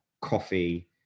coffee